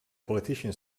politician